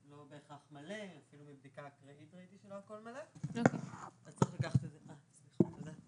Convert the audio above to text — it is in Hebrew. ראיתי בבדיקה אקראית שלא הכול מלא וצריך לקחת את זה בחשבון.